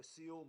לסיום,